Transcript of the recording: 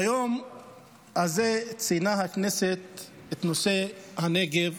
ביום הזה ציינה הכנסת את נושא הנגב,